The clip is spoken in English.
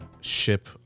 ship